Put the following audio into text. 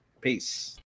Peace